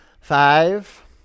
five